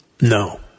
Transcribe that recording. No